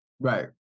Right